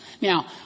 Now